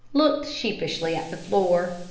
looked sheepishly at the floor.